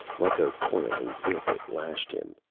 like a coiling whip it lashed him.